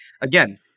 Again